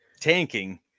tanking –